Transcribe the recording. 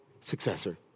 successor